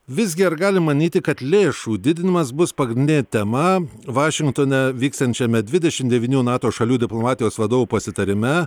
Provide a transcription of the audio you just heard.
visgi ar galim manyti kad lėšų didinimas bus pagrindinė tema vašingtone vyksiančiame dvidešim devynių nato šalių diplomatijos vadovų pasitarime